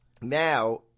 now